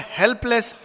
helpless